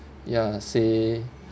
ya say